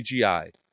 cgi